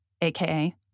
aka